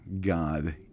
God